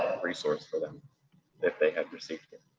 resource for them if they had received it.